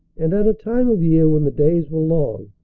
and at a time of year when the days were long,